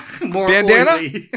bandana